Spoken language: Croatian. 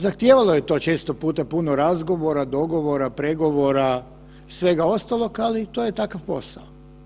Zahtijevalo je to često puta puno razgovora, dogovora, pregovora svega ostalog, ali to je takav posao.